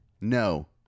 No